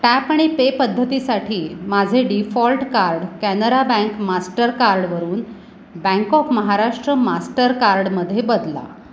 tap आणि pay पद्धतीसाठी माझे डीफॉल्ट कार्ड कॅनरा बँक मास्टरकार्डवरून बँक ऑफ महाराष्ट्र मास्टरकार्डमध्ये बदला